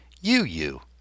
you-you